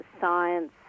science